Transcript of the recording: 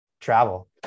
travel